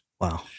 Wow